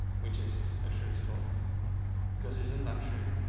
which is a true story because isn't that true?